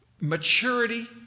maturity